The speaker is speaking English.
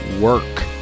work